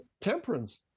Temperance